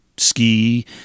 ski